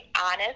honest